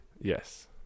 Yes